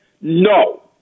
No